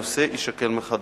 הנושא יישקל מחדש.